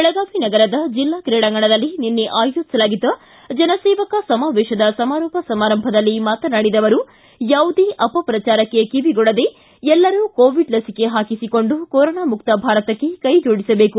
ಬೆಳಗಾವಿ ನಗರದ ಜಿಲ್ಲಾ ಕ್ರೀಡಾಂಗಣದಲ್ಲಿ ನಿನ್ನೆ ಆಯೋಜಿಸಲಾಗಿದ್ದ ಜನಸೇವಕ ಸಮಾವೇಶದ ಸಮಾರೋಪ ಸಮಾರಂಭದಲ್ಲಿ ಮಾತನಾಡಿದ ಅವರು ಯಾವುದೇ ಅಪಪ್ರಚಾರಕ್ಕೆ ಕಿವಿಗೊಡದೇ ಎಲ್ಲರೂ ಕೋವಿಡ್ ಲಸಿಕೆ ಹಾಕಿಸಿಕೊಂಡು ಕೊರೊನಾಮುಕ್ತ ಭಾರತಕ್ಕೆ ಕೈಜೋಡಿಸಬೇಕು